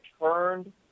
turned